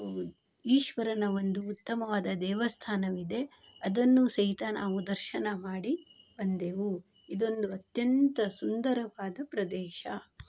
ಈಶ್ವರನ ಒಂದು ಉತ್ತಮವಾದ ದೇವಸ್ಥಾನವಿದೆ ಅದನ್ನು ಸಹಿತ ನಾವು ದರ್ಶನ ಮಾಡಿ ಬಂದೆವು ಇದೊಂದು ಅತ್ಯಂತ ಸುಂದರವಾದ ಪ್ರದೇಶ